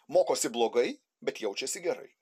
mokosi blogai bet jaučiasi gerai